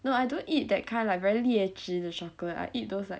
no I don't eat that kind like very 劣质的 chocolate I eat those like